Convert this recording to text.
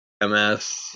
MS